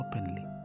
openly